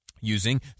Using